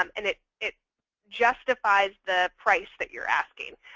um and it it justifies the price that you're asking.